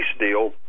deal